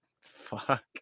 Fuck